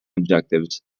objectives